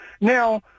Now